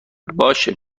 باشه